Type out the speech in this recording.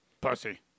pussy